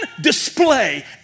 display